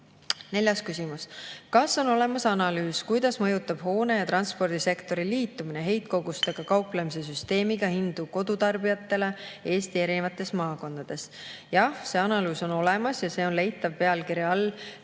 Neljas küsimus: "Kas on olemas analüüs, kuidas mõjutab hoone- ja transpordisektori liitumine heitkogustega kauplemise süsteemiga hindu kodutarbijatele Eesti erinevates maakondades?" Jah, see analüüs on olemas ja see on leitav pealkirja